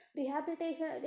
rehabilitation